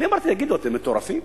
אני אמרתי: תגידו, אתם מטורפים?